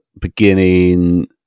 Beginning